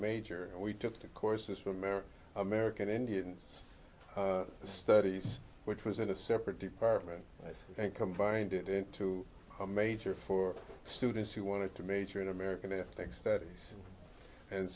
major and we took the courses from arab american indians studies which was in a separate department and combined it into a major for students who wanted to major in american i think studies and